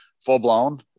full-blown